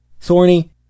Thorny